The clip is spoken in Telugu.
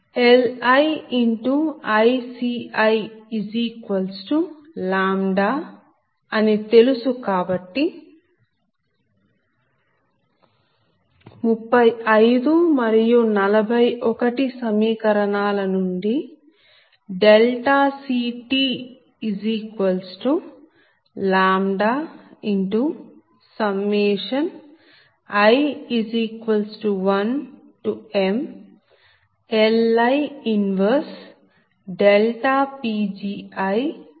Li x ICi λ అని తెలుసు కాబట్టి 35 మరియు 41 సమీకరణాల నుండి CTi1mLi 1Pgiλ×PL లభిస్తుంది